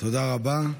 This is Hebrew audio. תודה רבה.